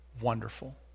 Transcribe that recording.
wonderful